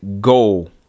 goal